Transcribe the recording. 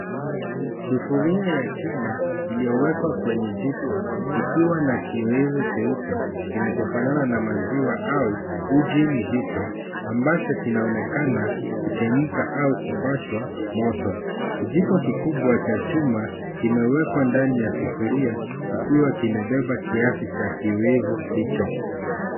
Sufuria ya chuma iliyowekwa kwenye jiko ikiwa na kioevu cheupe kinachofanana na maziwa au uji mzito ambacho kinaonekana kuchemka au kupashwa moto kijiko kikubwa cha chuma kimewekwa ndani ya sufuria kikiwa kimebeba kiasi cha kioevu hicho.